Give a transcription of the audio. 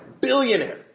Billionaire